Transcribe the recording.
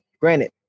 granted